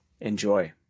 enjoy